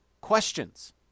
questions